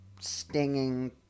stinging